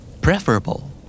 Preferable